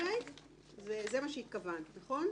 זה מה שהתכוונת, נכון?